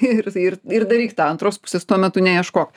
ir ir ir daryk tą antros pusės tuo metu neieškok